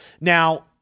Now